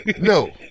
No